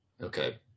okay